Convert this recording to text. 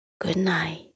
Goodnight